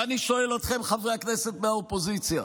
ואני שואל אתכם, חברי הכנסת מהאופוזיציה,